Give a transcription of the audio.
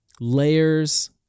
layers